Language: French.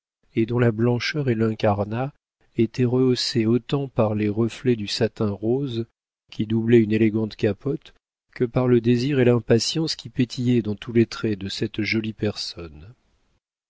et dont la blancheur et l'incarnat étaient rehaussés autant par les reflets du satin rose qui doublait une élégante capote que par le désir et l'impatience qui pétillaient dans tous les traits de cette jolie personne